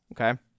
okay